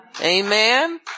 Amen